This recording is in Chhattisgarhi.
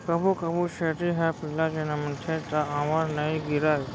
कभू कभू छेरी ह पिला जनमथे त आंवर नइ गिरय